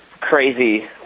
crazy